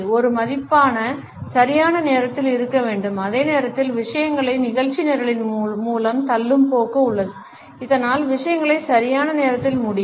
ஒரு மதிப்பாக சரியான நேரத்தில் இருக்க வேண்டும் அதே நேரத்தில் விஷயங்களை நிகழ்ச்சி நிரலின் மூலம் தள்ளும் போக்கு உள்ளது இதனால் விஷயங்கள் சரியான நேரத்தில் முடியும்